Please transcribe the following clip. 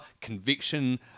conviction